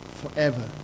forever